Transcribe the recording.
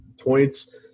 points